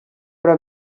però